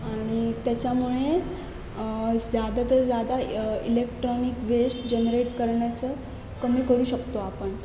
आणि त्याच्यामुळे स्यादा ते जादा इलेक्ट्रॉनिक वेस्ट जनरेट करण्याचं कमी करू शकतो आपण